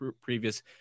previous